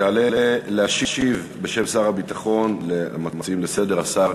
יעלה להשיב בשם שר הביטחון למציעים לסדר השר